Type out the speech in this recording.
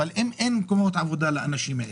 אבל אם אין מקומות עבודה לאנשים האלה,